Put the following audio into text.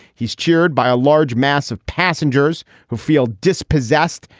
he is cheered by a large mass of passengers who feel dispossessed,